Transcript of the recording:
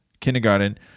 kindergarten